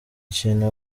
kintu